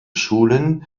schulen